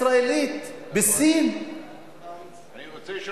ההליכים שבהם, נא לסיים, אני הוספתי לך.